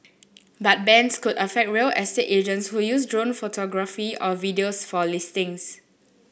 but bans could affect real estate agents who use drone photography or videos for listings